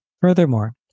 Furthermore